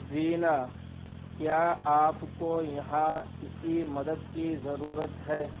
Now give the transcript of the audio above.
وینا کیا آپ کو یہاں کسی مدد کی ضرورت ہے